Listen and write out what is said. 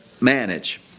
manage